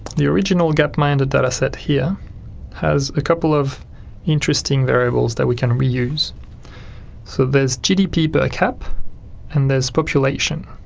the original gapminder data set here has a couple of interesting variables that we can reuse so there's gdppercap and there's population,